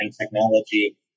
technology